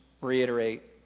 reiterate